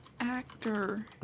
Actor